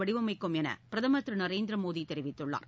வடிவமைக்கும் என பிரதமர் திரு நரேந்திர மோடி தெரிவித்துள்ளார்